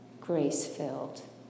grace-filled